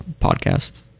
podcasts